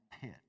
pit